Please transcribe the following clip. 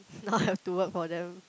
now I have to work for them